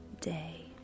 day